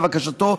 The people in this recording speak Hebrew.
לבקשתו,